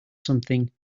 something